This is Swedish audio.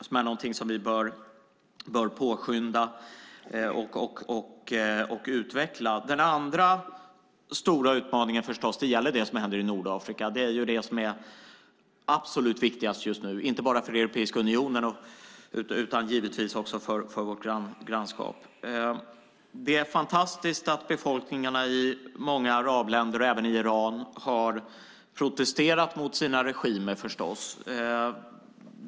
Det är någonting som vi bör påskynda och utveckla. Den andra stora utmaningen gäller förstås det som händer i Nordafrika. Det är det som är absolut viktigast just nu, inte bara för Europeiska unionen också givetvis också för vårt grannskap. Det är fantastiskt att befolkningarna i många arabländer, även i Iran, har protesterat mot sina regimer.